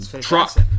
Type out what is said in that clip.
truck